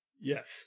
Yes